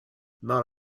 not